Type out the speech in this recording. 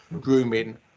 grooming